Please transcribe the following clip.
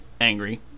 angry